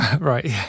right